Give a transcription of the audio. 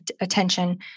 attention